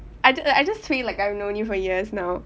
I I just feel like I've known you for years now